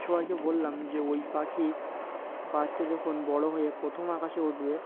সবাইকে বললাম যে ওই পাখির বাচ্চা যখন বড়ো হয়ে প্রথম আকাশে উঠবে